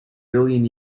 billion